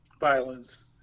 violence